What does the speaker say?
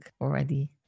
already